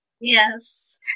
Yes